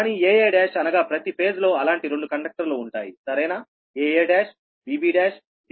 కానీ aa1 అనగా ప్రతి ఫేజ్ లో అలాంటి రెండు కండక్టర్ లు ఉంటాయి సరేనా aa1 bb1 cc1